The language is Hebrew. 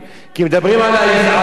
כי מדברים על האסיר,